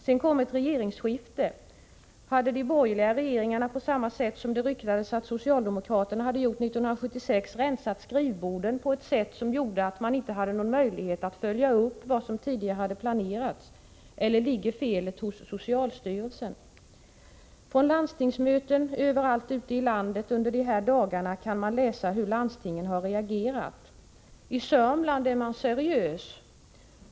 Sedan kom ett regeringsskifte. Hade de borgerliga regeringarna på samma vis som det ryktades att socialdemokraterna hade gjort 1976 rensat skrivborden på ett sätt som gjorde att man inte hade möjlighet att följa upp vad som tidigare hade planerats eller ligger felet hos socialstyrelsen? I reportage från landstingsmöten överallt ute i landet under de här dagarna kan man läsa hur landstingen har reagerat. I Södermanland är man seriös.